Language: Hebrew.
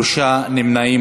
שלושה נמנעים.